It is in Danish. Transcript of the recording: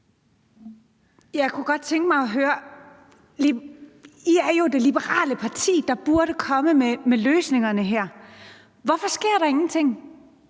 Jeg kunne godt tænke mig at høre – for I er jo det liberale parti, der burde komme med løsningerne her – hvorfor der ingenting